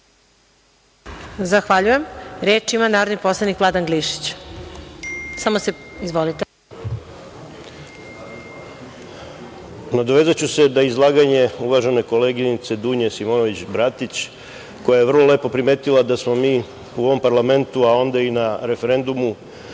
Zahvaljujem. Reč ima narodni poslanik Vladan Glišić. Izvolite. **Vladan Glišić** Zahvaljujem. Nadovezaću se da je izlaganje uvažene koleginice Dunje Simonović Bratić, koja je vrlo lepo primetila da smo mi u ovom parlamentu, a onda i na referendumu